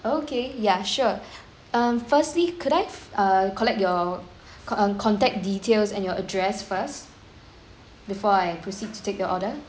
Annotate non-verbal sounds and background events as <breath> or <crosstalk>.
okay ya sure <breath> um firstly could I err collect your um contact details and your address first before I proceed to take your order